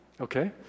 Okay